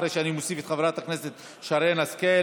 אחרי שאני מוסיף את חברת הכנסת שרן השכל.